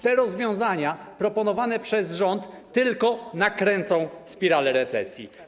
Te rozwiązania proponowane przez rząd tylko nakręcą spiralę recesji.